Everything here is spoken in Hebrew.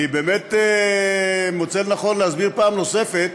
אני באמת מוצא לנכון להסביר פעם נוספת: